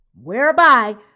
whereby